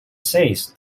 says